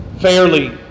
fairly